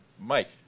Mike